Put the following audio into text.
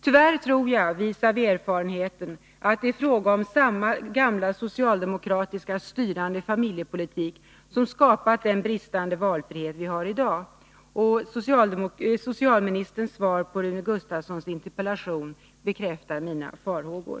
Tyvärr tror jag — vis av erfarenheten — att det är fråga om samma gamla socialdemokratiska styrande familjepolitik som skapat den bristande valfrihet vi har i dag. Socialministerns svar på Rune Gustavssons interpellation bekräftar mina farhågor.